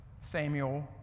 Samuel